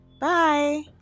Bye